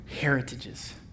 heritages